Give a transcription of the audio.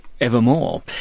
evermore